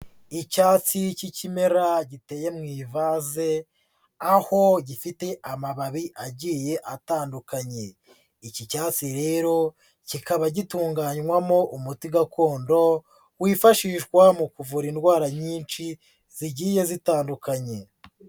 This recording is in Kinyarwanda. Icyatsi cy'ikimera giteye mu ivaze, aho gifite amababi agiye atandukanye, iki cyatsi rero kikaba gitunganywamo umuti gakondo wifashishwa mu kuvura indwara nyinshi zigiye zitandukanye.